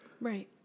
Right